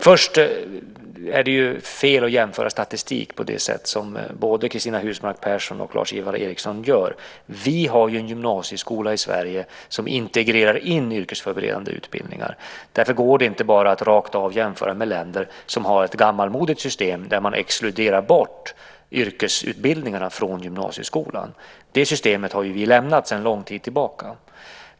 Först är det fel att jämföra statistik på det sätt som både Cristina Husmark Pehrsson och Lars-Ivar Ericson gör. Vi har en gymnasieskola i Sverige som integrerar yrkesförberedande utbildningar. Därför går det inte bara att rakt av jämföra med länder som har ett gammalmodigt system där man exkluderar yrkesutbildningarna från gymnasieskolan. Det systemet har vi lämnat sedan lång tid tillbaka.